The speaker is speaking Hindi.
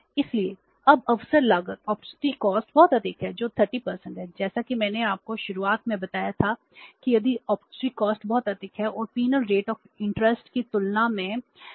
इसलिए जब अवसर लागत बहुत अधिक है जो 30 है जैसा कि मैंने आपको शुरुआत में बताया था कि यदि अपॉर्चुनिटी कॉस्ट की तुलना में कम है